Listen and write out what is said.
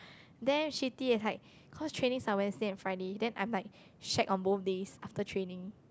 damn shitty is like cause training are Wednesdays and Fridays then I'm like shag on both days after training